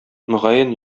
мөгаен